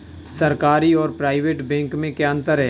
सरकारी और private bank में क्या अंतर है?